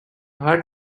heart